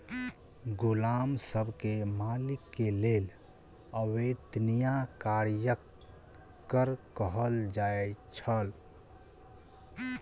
गुलाम सब के मालिक के लेल अवेत्निया कार्यक कर कहल जाइ छल